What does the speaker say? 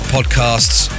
Podcasts